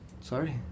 Sorry